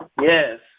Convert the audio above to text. Yes